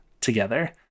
together